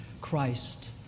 Christ